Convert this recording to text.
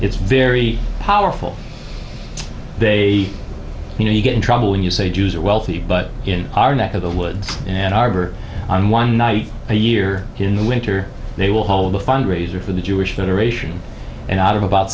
it's very powerful they you know you get in trouble when you say jews are wealthy but in our neck of the woods an arbor a year in the winter they will hold a fundraiser for the jewish federation and out